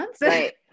Right